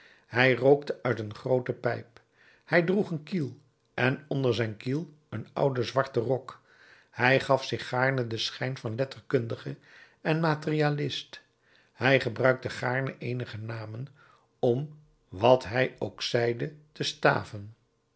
hij rookte uit een groote pijp hij droeg een kiel en onder zijn kiel een ouden zwarten rok hij gaf zich gaarne den schijn van letterkundige en materialist hij gebruikte gaarne eenige namen om wat hij ook zeide te staven